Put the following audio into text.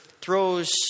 throws